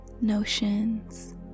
notions